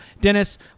Dennis